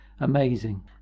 Amazing